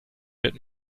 wird